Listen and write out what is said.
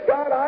God